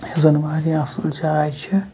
یُس زَن واریاہ اَصٕل جاے چھِ